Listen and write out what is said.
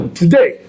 today